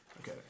Okay